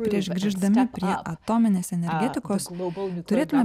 prieš grįždami prie atominės energetikos turėtume